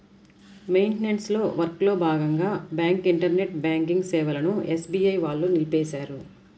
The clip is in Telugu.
మెయింటనెన్స్ వర్క్లో భాగంగా బ్యాంకు ఇంటర్నెట్ బ్యాంకింగ్ సేవలను ఎస్బీఐ వాళ్ళు నిలిపేశారు